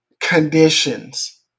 Conditions